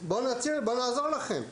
בואו נעזור לכם",